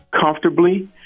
comfortably